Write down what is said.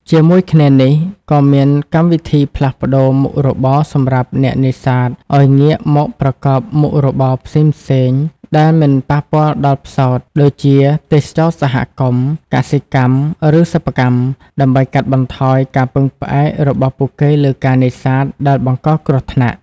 ជាមួយគ្នានេះ ក៏មានកម្មវិធីផ្លាស់ប្តូរមុខរបរសម្រាប់អ្នកនេសាទឱ្យងាកមកប្រកបមុខរបរផ្សេងៗដែលមិនប៉ះពាល់ដល់ផ្សោត ដូចជាទេសចរណ៍សហគមន៍ កសិកម្ម ឬសិប្បកម្ម ដើម្បីកាត់បន្ថយការពឹងផ្អែករបស់ពួកគេលើការនេសាទដែលបង្កគ្រោះថ្នាក់។